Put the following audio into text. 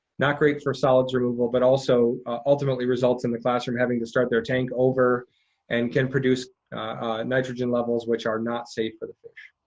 not great for solids removal, but also ultimately results in the classroom having to start their tank over and can produce nitrogen levels which are not safe for fish.